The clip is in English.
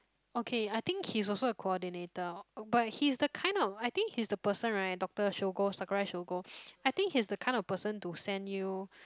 okay I think he is also a coordinator but he is the kind of I think he is the person right Doctor-Shogo Sakurai-Shogo I think he is the kind of person to send you